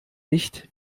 nicht